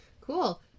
Cool